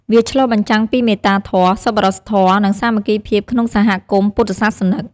ទាំងព្រះសង្ឃ និងពុទ្ធបរិស័ទសុទ្ធតែមានតួនាទីរៀងៗខ្លួនក្នុងការធានាថាភ្ញៀវមានអារម្មណ៍កក់ក្ដៅ និងបានទទួលការយកចិត្តទុកដាក់ខ្ពស់បំផុត។